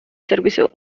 servicios